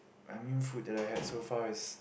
I mean food the like had so far is